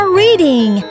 reading